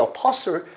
Apostle